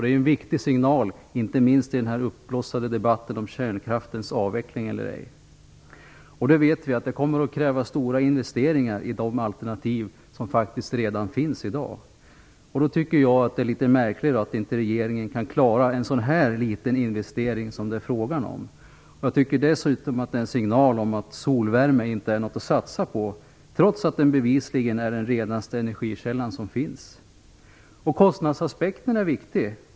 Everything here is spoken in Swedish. Det är en viktig signal, inte minst i den uppblossade debatten om kärnkraftens avveckling eller ej. Vi vet att det kommer att kräva stora investeringar i de alternativ som redan finns i dag. Jag tycker att det är litet märkligt att inte regeringen kan klara en så liten investering som det här är fråga om. Jag tycker dessutom att det är en signal om att solvärme inte är någonting att satsa på, trots att den bevisligen är den renaste energikälla som finns. Kostnadsaspekten är viktig.